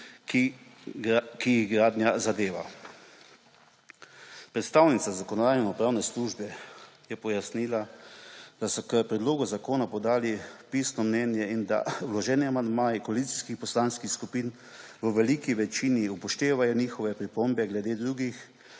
ki jih gradnja zadeva. Predstavnica Zakonodajno-pravne službe je pojasnila, da so k predlogu zakona podali pisno mnenje in da vloženi amandmaji koalicijskih poslanskih skupin v veliki večini upoštevajo njihove pripombe, glede drugih